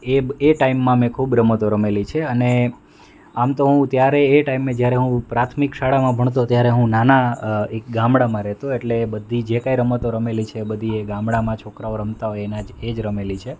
એ એ ટાઈમમાં મેં ખૂબ રમતો રમેલી છે અને આમ તો હું ત્યારે એ ટાઈમે જયારે હું પ્રાથમિક શાળામાં ભણતો ત્યારે હું નાના એક ગામડામાં રહેતો એટલે બધી જે કાંઈ રમતો રમેલી છે એ બધી એ ગામડામાં છોકરાઓ રમતા હોય એના જ એ જ રમેલી છે